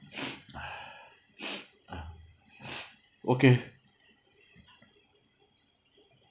okay